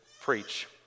preach